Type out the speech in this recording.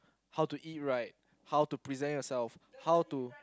how to eat right how to present yourself how to